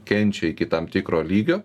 kenčia iki tam tikro lygio